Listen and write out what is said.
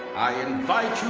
i invite